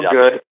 good